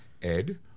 Ed